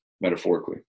metaphorically